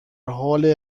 حال